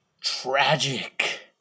tragic